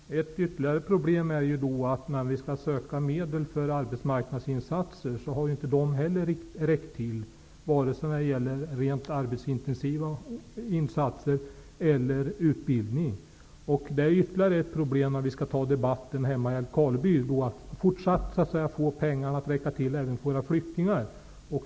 Fru talman! Ett ytterligare problem är att när vi har sökt medel för arbetsmarknadsinsatser har inte de heller räckt till vare sig det gällt rent arbetsintensiva insatser eller utbildning. Det är ytterligare ett problem när vi skall ta debatten hemma i Älvkarleby om att även i fortsättningen få pengarna att räcka till också för våra flyktingar.